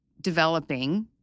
developing